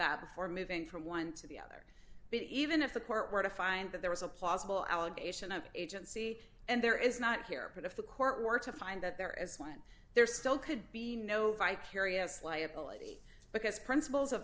that before moving from one to the other even if the court were to find that there was a plausible allegation of agency and there is not here but if the court were to find that there is went there still could be no vicarious liability because principles of